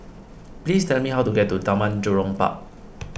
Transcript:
please tell me how to get to Taman Jurong Park